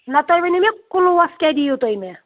نہ تُہۍ ؤنِو مےٚ کٕلُوَس کیٛاہ دِیِو تُہۍ مےٚ